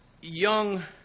young